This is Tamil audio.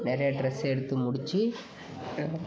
நிறையா டிரெஸ் எடுத்து முடிச்சு